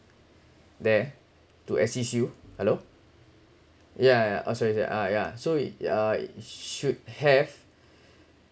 there to assist you hello yeah yeah oh sorry sorry ah yeah so uh should have